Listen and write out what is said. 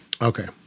Okay